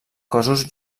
cossos